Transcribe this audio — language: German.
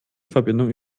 verbindung